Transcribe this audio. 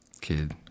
kid